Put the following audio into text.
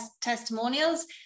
testimonials